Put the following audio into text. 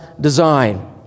design